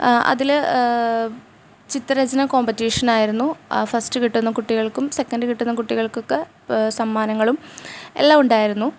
അതിൽ ചിത്രരചന കോമ്പറ്റീഷൻ ആയിരുന്നു ഫസ്റ്റ് കിട്ടുന്ന കുട്ടികൾക്കും സെക്കൻഡ് കിട്ടുന്ന കുട്ടികൾക്കൊക്കെ സമ്മാനങ്ങളും എല്ലാം ഉണ്ടായിരുന്നു